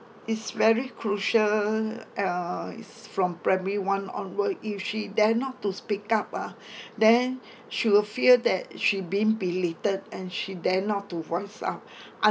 is very crucial you know is from primary one onward if she dare not to speak up ah then she will feel that she been belated and she dare not to voice out